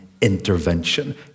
intervention